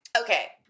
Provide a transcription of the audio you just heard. Okay